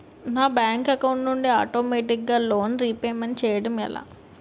నా bank account నుండి ఆటోమేటిగ్గా లోన్ రీపేమెంట్ చేయడం ఎలా?